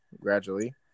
gradually